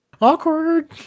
awkward